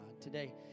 today